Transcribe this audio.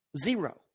Zero